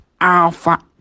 alpha